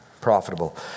profitable